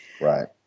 Right